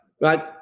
Right